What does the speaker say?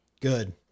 Good